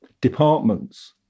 departments